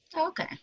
okay